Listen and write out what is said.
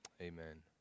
Amen